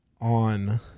on